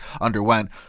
underwent